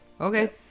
Okay